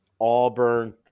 Auburn